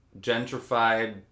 Gentrified